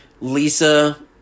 Lisa